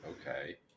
Okay